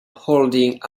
holding